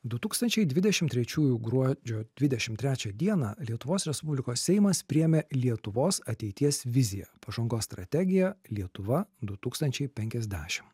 du tūkstančiai dvidešim trečiųjų gruodžio dvidešim trečią dieną lietuvos respublikos seimas priėmė lietuvos ateities viziją pažangos strategiją lietuva du tūkstančiai penkiasdešim